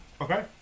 Okay